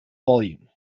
volume